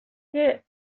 que